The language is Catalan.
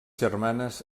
germanes